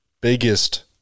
biggest